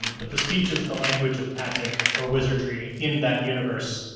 but the speech is the language of magic or wizardry in that universe.